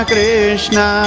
Krishna